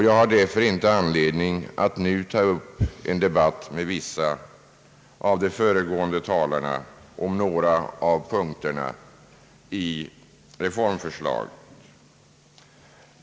Jag har därför inte anledning att nu ta upp en debatt med de föregående talare som har berört vissa punkter i reformförslagen.